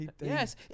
yes